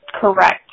Correct